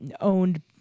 owned